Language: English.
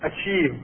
achieve